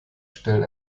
stellen